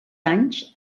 anys